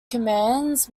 commands